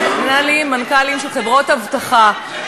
מנכ"לים של חברות אבטחה,